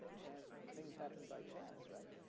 ah chance. and things happen by chance, right?